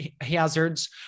hazards